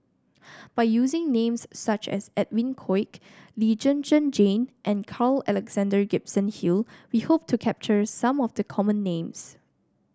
by using names such as Edwin Koek Lee Zhen Zhen Jane and Carl Alexander Gibson Hill we hope to capture some of the common names